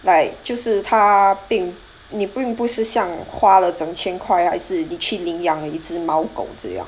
like 就是他病你不用不是像花了整千块还是你去领养了一只猫狗这样